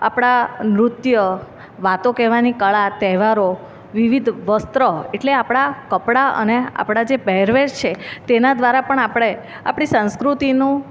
આપણાં નૃત્ય વાતો કહેવાની કળા તહેવારો વિવિધ વસ્ત્ર એટલે આપણાં કપડાં અને આપણા જે પહેરવેશ છે તેના દ્વારા પણ આપણે આપણી સંસ્કૃતિનું